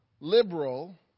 liberal